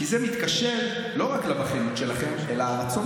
כי זה מתקשר לא רק לבכיינות שלכם אלא לרצון